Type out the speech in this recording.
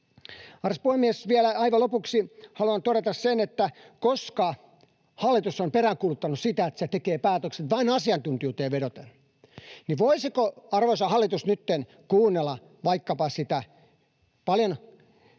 Arvoisa puhemies! Vielä aivan lopuksi haluan todeta, että koska hallitus on peräänkuuluttanut tekevänsä päätökset vain asiantuntijuuteen vedoten, niin voisiko arvoisa hallitus nyt kuunnella vaikkapa sitä paljon